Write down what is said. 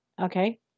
Okay